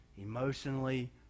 emotionally